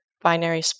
binary